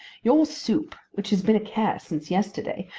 your soup, which has been a care since yesterday,